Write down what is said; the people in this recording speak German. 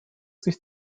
sich